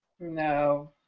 No